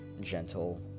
gentle